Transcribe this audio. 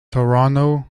toronto